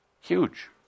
Huge